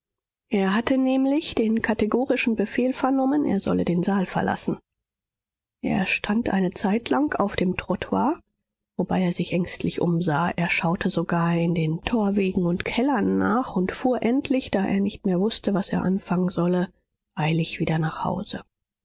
er hatte nämlich den kategorischen befehl vernommen er solle den saal verlassen er stand eine zeitlang auf dem trottoir wobei er sich ängstlich umsah er schaute sogar in den torwegen und kellern nach und fuhr endlich da er nicht mehr wußte was er anfangen solle eilig wieder nach hause